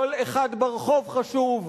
כל אחד ברחוב חשוב.